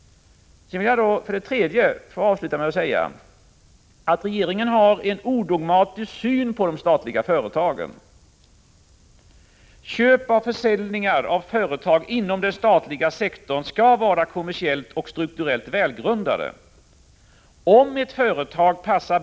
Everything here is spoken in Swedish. Som en tredje kommentar vill jag säga att regeringen har en odogmatisk syn på de statliga företagen. Köp och försäljning av företag inom den statliga sektorn skall vara kommersiellt och strukturellt välgrundade. Om ett företag passar.